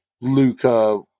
Luca